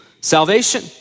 salvation